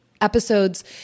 episodes